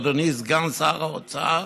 אדוני סגן שר האוצר,